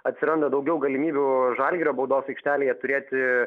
atsiranda daugiau galimybių žalgirio baudos aikštelėje turėti